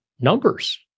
numbers